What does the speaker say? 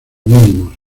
mínimos